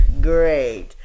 Great